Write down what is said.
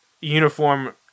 Uniform